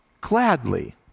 gladly